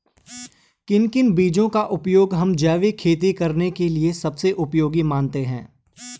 किन किन बीजों का उपयोग हम जैविक खेती करने के लिए सबसे उपयोगी मानते हैं?